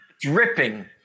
dripping